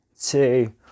two